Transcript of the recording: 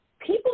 people